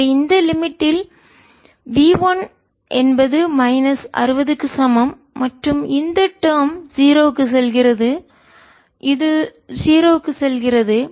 எனவே இந்த லிமிட் யில் வரம்பில் V 1 என்பது மைனஸ் 60 க்கு சமம் மற்றும் இந்த டேர்ம் விஷயம் 0 க்கு செல்கிறது இது 0 க்கு செல்கிறது